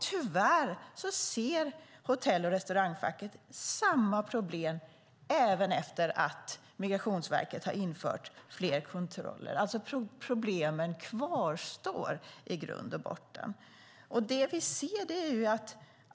Tyvärr ser Hotell och restaurangfacket samma problem även efter att Migrationsverket infört fler kontroller. Problemen kvarstår alltså.